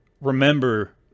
remember